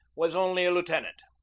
was only a lieutenant.